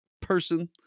person